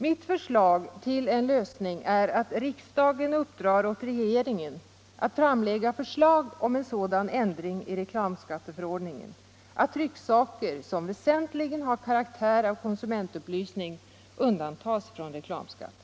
Mitt förslag till en lösning är att riksdagen beslutar uppdra åt regeringen att framlägga förslag om en sådan ändring i reklamskatteförordningen att trycksaker som väsentligen har karaktär av konsumentupplysning undantas från reklamskatt.